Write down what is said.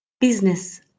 business